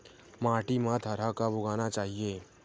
माटी मा थरहा कब उगाना चाहिए?